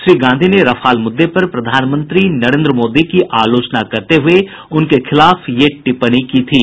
श्री गांधी ने रफाल मुद्दे पर प्रधानमंत्री नरेन्द्र मोदी की आलोचना करते हुए उनके खिलाफ यह टिप्पणी की थी